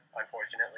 Unfortunately